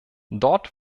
dort